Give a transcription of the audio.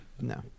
No